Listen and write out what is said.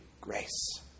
grace